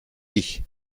ich